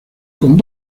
con